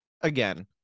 again